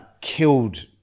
killed